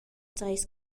treis